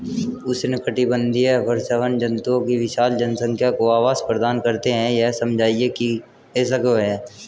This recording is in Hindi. उष्णकटिबंधीय वर्षावन जंतुओं की विशाल जनसंख्या को आवास प्रदान करते हैं यह समझाइए कि ऐसा क्यों है?